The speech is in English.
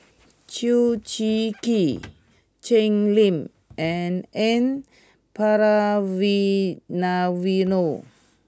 Chew Swee Kee Jim Lim and N Palanivelu